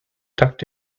tucked